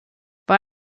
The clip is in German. war